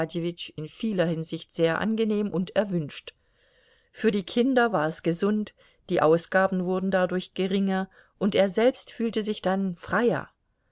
in vieler hinsicht sehr angenehm und erwünscht für die kinder war es gesund die ausgaben wurden dadurch geringer und er selbst fühlte sich dann freier